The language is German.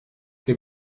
der